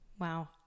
Wow